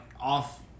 off